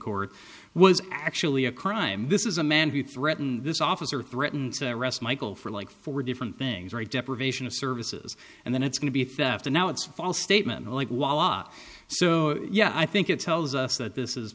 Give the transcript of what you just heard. court was actually a crime this is a man who threatened this officer threatened to arrest michael for like four different things right deprivation of services and then it's going to be theft and now it's false statement like while ah so yeah i think it tells us that this is